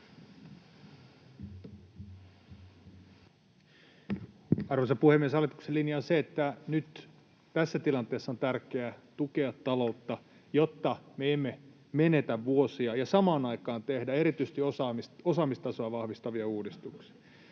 Arvoisa puhemies! Hallituksen linja on se, että nyt tässä tilanteessa on tärkeää tukea taloutta, jotta me emme menetä vuosia, ja samaan aikaan tehdä erityisesti osaamistasoa vahvistavia uudistuksia.